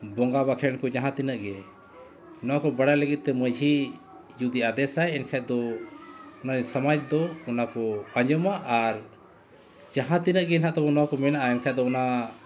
ᱵᱚᱸᱜᱟ ᱵᱟᱠᱷᱮᱬ ᱠᱚ ᱡᱟᱦᱟᱸ ᱛᱤᱱᱟᱹᱜ ᱜᱮ ᱱᱚᱣᱟ ᱠᱚ ᱵᱟᱰᱟᱭ ᱞᱟᱹᱜᱤᱫ ᱛᱮ ᱢᱟᱺᱡᱷᱤ ᱡᱩᱫᱤ ᱟᱫᱮᱥᱟᱭ ᱮᱱᱠᱷᱟᱱ ᱫᱚ ᱚᱱᱟ ᱥᱚᱢᱟᱡᱽ ᱫᱚ ᱚᱱᱟ ᱠᱚ ᱟᱸᱡᱚᱢᱟ ᱟᱨ ᱡᱟᱦᱟᱸ ᱛᱤᱱᱟᱹᱜ ᱜᱮ ᱦᱮᱱᱟᱜ ᱛᱟᱵᱚᱱ ᱱᱚᱣᱟ ᱠᱚ ᱢᱮᱱᱟᱜᱼᱟ ᱮᱱᱠᱷᱟᱱ ᱫᱚ ᱚᱱᱟ